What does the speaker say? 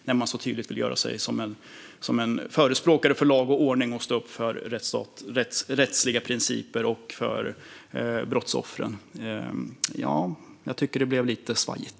De vill ju tydligt göra sig till förespråkare för lag och ordning och stå upp för rättsliga principer och för brottsoffren. Jag tycker att det blev lite svajigt.